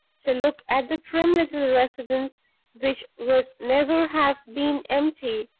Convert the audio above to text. to look at the trim little residence which would never have been empty,